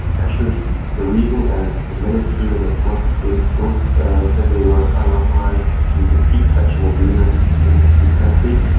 actually the reason and the ministry and the courts, they both said they were unauthorised to seek such an agreement between the two countries.